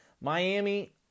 Miami